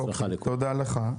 תודה לך.